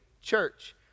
church